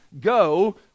go